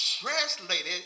translated